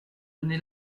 donné